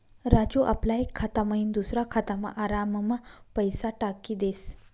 राजू आपला एक खाता मयीन दुसरा खातामा आराममा पैसा टाकी देस